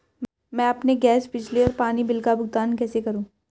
मैं अपने गैस, बिजली और पानी बिल का भुगतान कैसे करूँ?